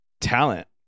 talent